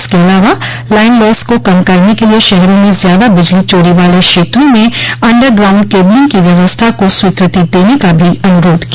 इसके अलावा line loss को कम करने के लिए शहरों में ज्यादा बिजली चारी वाले क्षेत्रों में अंडर ग्राउंड केबलिंग की व्यवस्था को स्वीकृति देने का भी अनुरोध किया